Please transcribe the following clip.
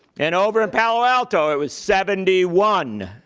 and over in palo alto, it was seventy one,